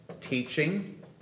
teaching